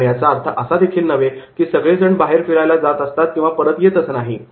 पण याचा अर्थ असा नव्हे की सगळेजण बाहेर फिरायला जात असतात किंवा परत येतच नाहीत